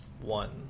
one